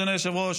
אדוני היושב-ראש,